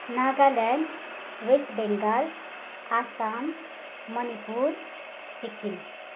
Nagaland west Bengal Assam Manipur Sikkim